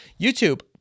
YouTube